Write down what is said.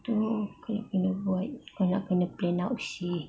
oh banyak kena buat kau nak kena plan out